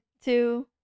two